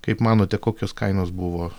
kaip manote kokios kainos buvo